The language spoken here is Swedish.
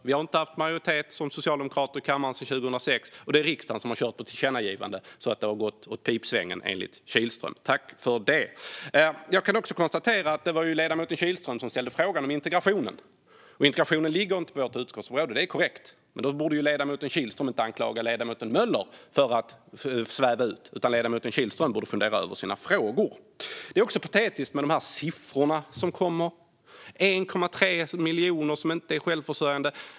Vi socialdemokrater har inte haft majoritet i kammaren sedan 2006, och det är riksdagen som har kört med tillkännagivanden så att det har gått åt pipsvängen, enligt Kihlström. Tack för det! Jag kan konstatera att det var ledamoten Kihlström som ställde frågan om integrationen. Integrationen ligger inte inom vårt utskottsområde. Det är korrekt. Men då borde ledamoten Kihlström inte anklaga ledamoten Möller för att sväva ut. Ledamoten Kihlström borde fundera över sina frågor. Det är patetiskt med de här siffrorna som kommer, till exempel att 1,3 miljoner inte är självförsörjande.